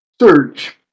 Search